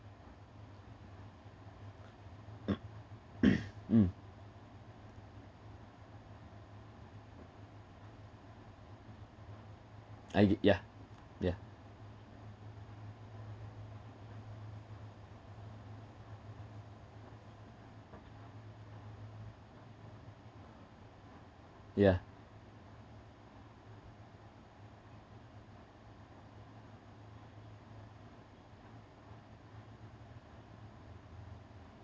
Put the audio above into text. mm I yeah yeah yeah